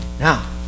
Now